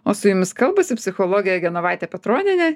o su jumis kalbasi psichologė genovaitė petronienė